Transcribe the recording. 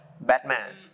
Batman